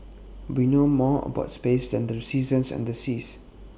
we know more about space than the seasons and the seas